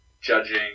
judging